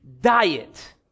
diet